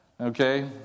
Okay